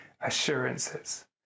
assurances